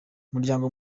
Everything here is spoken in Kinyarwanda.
umuryango